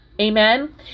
Amen